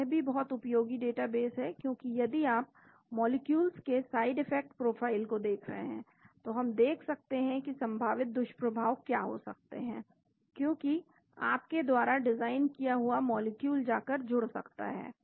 तो यह भी बहुत उपयोगी डेटाबेस है क्योंकि यदि आप मॉलिक्यूल्स के साइड इफेक्ट प्रोफाइल को देख रहे हैं तो हम देख सकते हैं कि संभावित दुष्प्रभाव क्या हो सकते हैं क्योंकि आपके द्वारा डिज़ाइन किया हुआ मॉलिक्यूल जाकर जुड़ सकता है